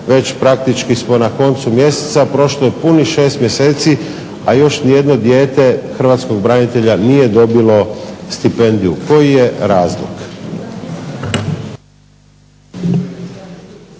već praktički smo na koncu mjeseca. Prošlo je punih 6 mjeseci, a još nijedno dijete hrvatskog branitelja nije dobilo stipendiju. Koji je razlog?